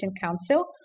Council